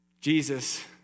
Jesus